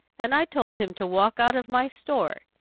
and i told him to walk out of my store.